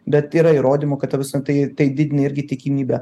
bet yra įrodymų kad tai visa tai didina irgi tikimybę